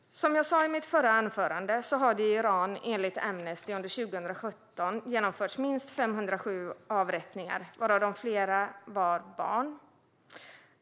Som jag sade i mitt förra inlägg har det, enligt Amnesty, under 2017 genomförts minst 507 avrättningar i Iran, varav flera av barn.